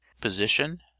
position